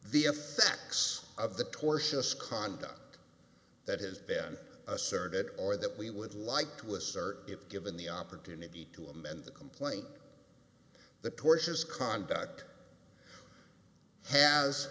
the effects of the tortious conduct that has been asserted or that we would like to assert if given the opportunity to amend the complaint the torches conduct has